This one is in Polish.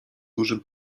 dużym